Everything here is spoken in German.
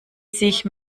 sich